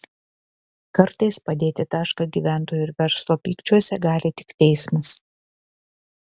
kartais padėti tašką gyventojų ir verslo pykčiuose gali tik teismas